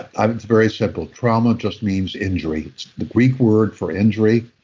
um it's very simple. trauma just means injury. it's the greek word for injury.